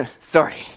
Sorry